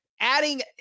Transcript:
adding